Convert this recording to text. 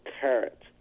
carrot